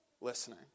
listening